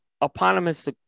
eponymous